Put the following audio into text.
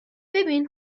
ببین